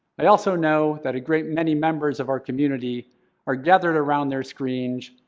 i also know that a great many members of our community are gathered around their screens,